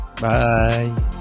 Bye